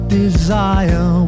desire